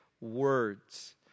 words